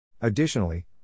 Additionally